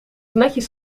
netjes